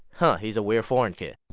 and he's a weird foreign kid